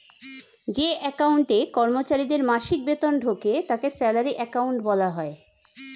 যে অ্যাকাউন্টে কর্মচারীদের মাসিক বেতন ঢোকে তাকে স্যালারি অ্যাকাউন্ট বলা হয়